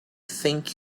think